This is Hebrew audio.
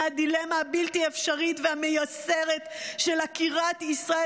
הדילמה הבלתי-אפשרית והמייסרת של עקירת ישראל,